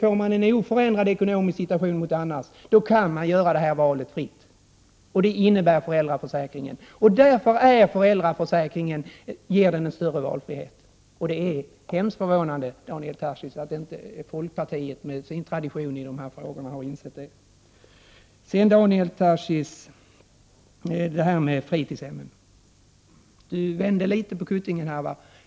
Får man däremot en förändrad ekonomisk situation, dvs. föräldraförsäkringen, kan man göra detta val fritt. Därför ger föräldraförsäkringen en större valfrihet. Det är mycket förvånande, Daniel Tarschys, att folkpartiet med sin tradition i dessa frågor inte har insett detta. När det gäller fritidshemmen vänder Daniel Tarschys litet på kuttingen.